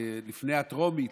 לפני הטרומית,